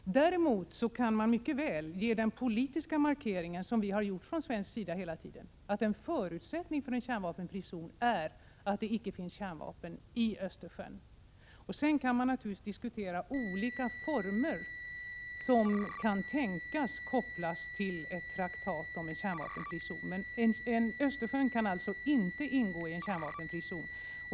Däremot kan man mycket väl göra den politiska markering som vi från svensk sida hela tiden gjort, nämligen att en förutsättning för en kärnvapenfri zon är att det inte finns kärnvapen i Östersjön. Sedan kan man naturligtvis diskutera olika former som kan tänkas kopplas till en traktat om en kärnvapenfri zon. Östersjön kan alltså inte ingå i en kärnvapenfri zon.